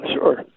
sure